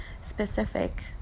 specific